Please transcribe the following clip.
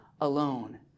alone